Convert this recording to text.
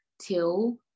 till